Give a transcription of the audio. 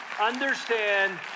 understand